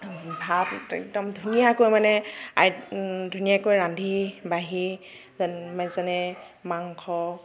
ভাত একদম ধুনীয়াকৈ মানে আইট মানে ধুনীয়কৈ ৰান্ধি বাঢ়ি যেনে মাংস